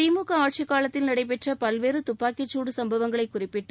திமுக ஆட்சிக் காலத்தில் நடைபெற்ற பல்வேறு துப்பாக்கிச்சூடு சம்பவங்களை குறிப்பிட்டு